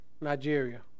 Nigeria